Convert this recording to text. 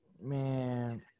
Man